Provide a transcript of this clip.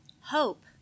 Hope